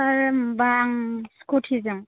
सार माबा आं स्कुटिजों